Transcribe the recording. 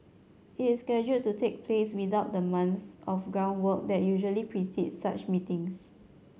it is scheduled to take place without the months of groundwork that usually precedes such meetings